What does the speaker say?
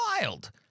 wild